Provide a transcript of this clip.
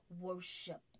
Worship